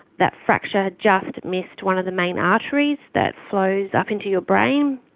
that fracture just missed one of the main arteries that flows up into your brain.